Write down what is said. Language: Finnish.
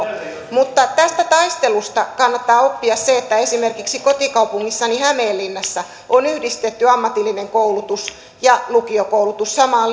mutta tästä taistelusta kannattaa oppia se että esimerkiksi kotikaupungissani hämeenlinnassa on yhdistetty ammatillinen koulutus ja lukiokoulutus samaan